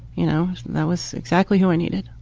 you know, that was exactly who i needed.